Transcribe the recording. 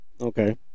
Okay